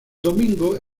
domingo